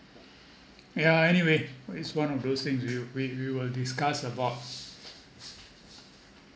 yeah anyway it's one of those things we we will discuss about